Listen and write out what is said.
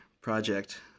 project